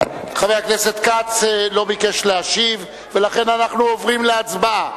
חבר הכנסת כץ לא ביקש להשיב ולכן אנחנו עוברים להצבעה.